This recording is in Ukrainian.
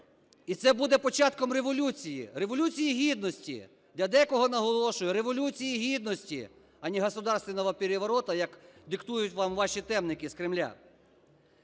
І це буде початком революції – Революції Гідності. Для декого, наголошую, Революції Гідності, а не "государственного переворота", як диктують вам ваші темники з Кремля.